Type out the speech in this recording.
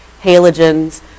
halogens